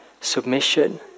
submission